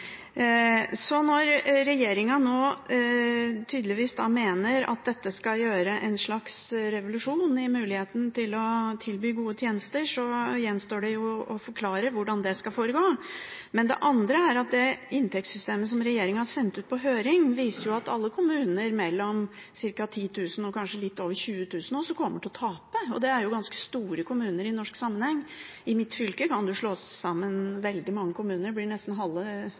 Når regjeringen nå tydeligvis mener at det skal skje en slags revolusjon i muligheten til å tilby gode tjenester, gjenstår det å forklare hvordan det skal foregå. Noe annet er at det inntektssystemet som regjeringen sendte ut på høring, viser at alle kommuner som har fra ca. 10 000 til litt over 20 000 innbyggere, også kommer til å tape. Det er ganske store kommuner i norsk sammenheng. I mitt fylke kan man slå sammen veldig mange kommuner – det blir nesten halve